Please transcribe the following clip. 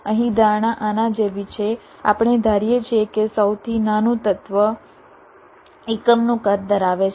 અહીં ધારણા આના જેવી છે આપણે ધારીએ છીએ કે સૌથી નાનું તત્વ એકમનું કદ ધરાવે છે